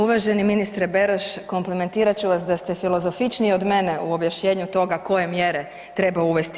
Uvaženi ministre Beroš komplimentirat ću vas da ste filozofičniji od mene u objašnjenju toga koje mjere treba uvesti.